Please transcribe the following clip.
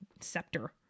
Scepter